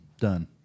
done